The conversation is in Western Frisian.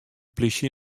plysje